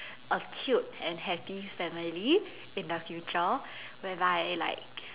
a cute and happy family in the future whereby like